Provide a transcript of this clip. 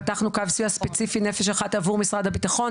פתחנו קו סיוע ספציפי "נפש אחת" עבור משרד הביטחון,